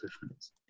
difference